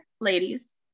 ladies